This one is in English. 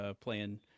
playing